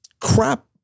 crap